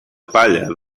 palla